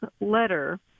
letter